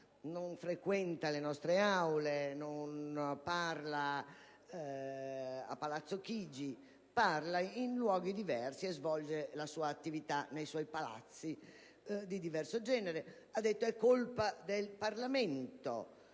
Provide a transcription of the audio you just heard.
non frequenta le nostre Aule e non parla a Palazzo Chigi: parla in luoghi diversi e svolge la sua attività nei suoi palazzi, di diverso genere - ha dato la colpa al Parlamento.